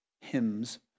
hymns